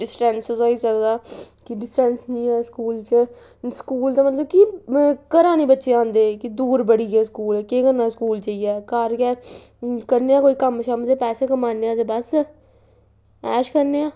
ते डिस्टेंस बी होई सकदा कि डिस्टेंस स्कूल च स्कूल दा मतलब कि घरा निं बच्चे औंदे दूर बड़ी ऐ स्कूल केह् करना स्कूल जाइयै घर जाइयै करने आं कोई कम्म ते पैसे कमान्ने आं ऐश करनी